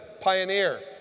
pioneer